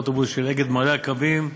אוטובוס של "אגד", מעלה-עקרבים,